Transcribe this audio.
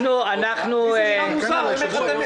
לי זה נראה מוזר, אני אומר לך את האמת.